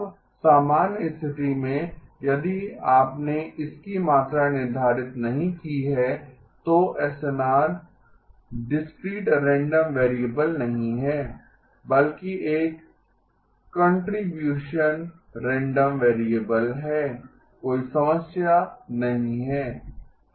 अब सामान्य स्थिति में यदि आपने इसकी मात्रा निर्धारित नहीं की है तो एसएनआर डिस्क्रीट रैंडम वेरिएबल नहीं है बल्कि एक कंट्रीब्यूशन रैंडम वेरिएबल है कोई समस्या नहीं है